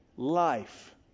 Life